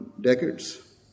decades